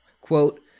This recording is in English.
Quote